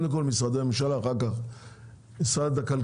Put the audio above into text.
יש נציג של משרד הכלכלה?